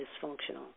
dysfunctional